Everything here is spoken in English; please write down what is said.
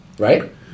Right